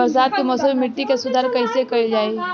बरसात के मौसम में मिट्टी के सुधार कईसे कईल जाई?